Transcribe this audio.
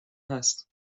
هست